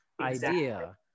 idea